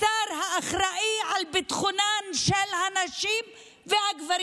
השר האחראי לביטחונם של הנשים והגברים